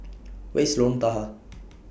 Where IS Lorong Tahar